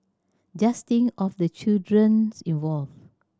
just think of the children's involved